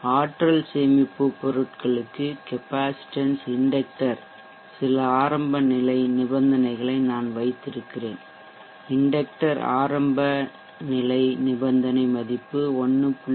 ஆற்றல் சேமிப்பு பொருட்களுக்கு கெப்பாசிட்டன்ஸ் இண்டெக்ட்டர் சில ஆரம்ப நிலை நிபந்தனைகளை நான் வைத்திருக்கிறேன் இண்டெக்ட்டர் ஆரம்பநிலை நிபந்தனை மதிப்பு 1